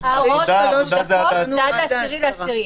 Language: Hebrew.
חירום מיוחד וגם להגיד: חוץ מ-10 דברים.